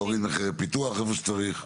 להוריד מחירי פיתוח איפה שצריך.